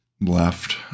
left